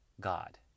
God